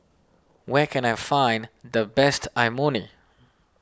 where can I find the best Imoni